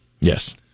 Yes